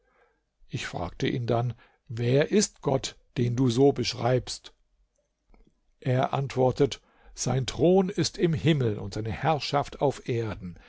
ich fragte ihn dann wer ist gott den du so beschreibst er antwortet sein thron ist im himmel und seine herrschaft auf erden